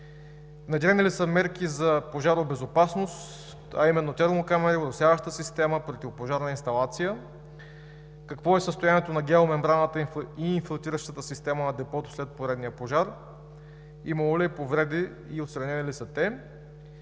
Внедрени ли са мерки за пожаробезопасност, а именно термокамери, оросяваща система, противопожарна инсталация? Какво е състоянието на геомембраната и инфилтриращата система на депото след поредния пожар? Имало ли е повреди и отстранени ли са те?